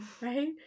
Right